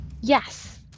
Yes